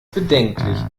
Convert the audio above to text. bedenklich